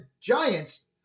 Giants